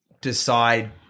decide